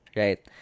right